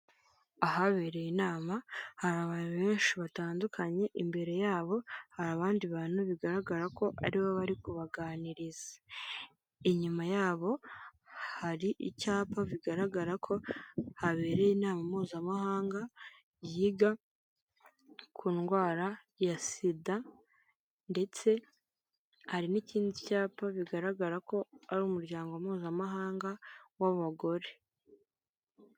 Ahabereye inama hari abantu benshi batandukanye imbere yabo hari abandi bantu bigaragara ko aribo bari kubaganiriza, inyuma yabo hari icyapa bigaragara ko habereye inama mpuzamahanga yiga ku ndwara ya sida ndetse hari n'ikindi cyapa bigaragara ko ari umuryango mpuzamahanga w'abagore.